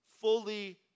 fully